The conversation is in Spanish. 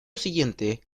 siguiente